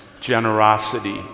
generosity